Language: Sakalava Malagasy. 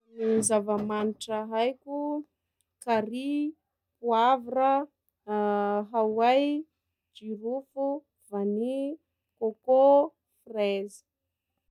Zava-manitra haiko: carrie, poivra, hawai, jirofo, vanille, côcô, fraise.